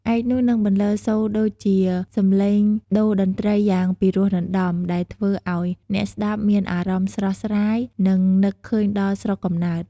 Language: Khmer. ឯក នោះនឹងបន្លឺសូរដូចជាសម្លេងតូរ្យតន្ត្រីយ៉ាងពីរោះរណ្តំ ដែលធ្វើឱ្យអ្នកស្តាប់មានអារម្មណ៍ស្រស់ស្រាយ និងនឹកឃើញដល់ស្រុកកំណើត។